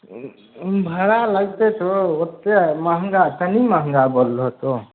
भाड़ा लगतै तो ओतेक महङ्गा तनि महङ्गा बोल रहलो तौं